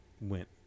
went